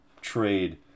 trade